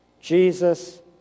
Jesus